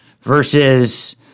versus